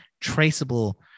traceable